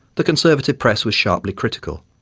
the conservative press was sharply critical.